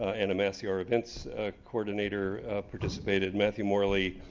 anna massey, our events coordinator participated. matthew morley,